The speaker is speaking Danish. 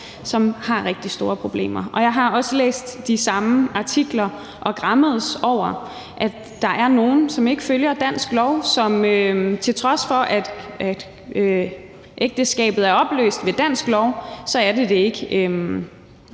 som har rigtig store problemer. Jeg har også læst de samme artikler og græmmedes over, at der er nogle, som ikke følger dansk lov, og til trods for at ægteskabet er opløst ved dansk lov, er det det ikke